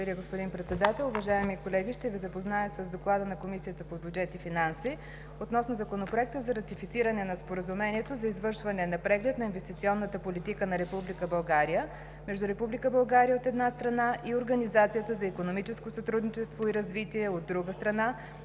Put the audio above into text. Благодаря, господин Председател. Уважаеми колеги, ще Ви запозная с „ДОКЛАД на Комисията по бюджет и финанси относно Законопроект за ратифициране на Споразумението за извършване на Преглед на инвестиционната политика на Република България между Република България, от една страна, и Организацията за икономическо сътрудничество и развитие (ОИСР), от друга страна,